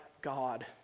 God